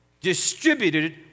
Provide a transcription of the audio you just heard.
distributed